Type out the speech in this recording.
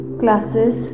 classes